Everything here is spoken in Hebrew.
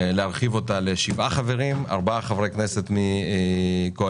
להרחיב אותה לשבעה חברים - ארבעה חברי כנסת מהקואליציה,